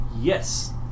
yes